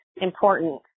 important